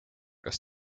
kas